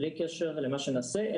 בלי קשר למה שנעשה,